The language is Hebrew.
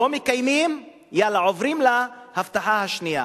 לא מקיימים, יאללה עוברים להבטחה השנייה.